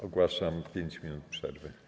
Ogłaszam 5 minut przerwy.